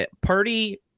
Purdy –